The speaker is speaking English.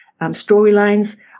storylines